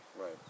right